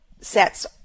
sets